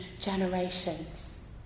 generations